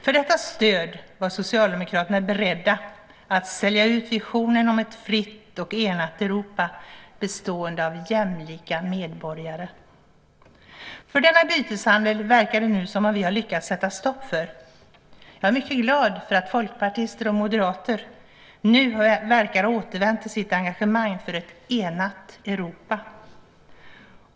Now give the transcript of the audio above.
För detta stöd var Socialdemokraterna beredda att sälja ut visionen om ett fritt och enat Europa bestående av jämlika medborgare. Det verkar som om vi nu har lyckats sätta stopp för denna byteshandel. Jag är mycket glad att folkpartister och moderater nu verkar ha återvänt till sitt engagemang för ett enat Europa.